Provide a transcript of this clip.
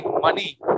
money